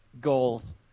goals